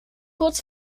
kurz